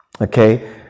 okay